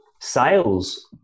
sales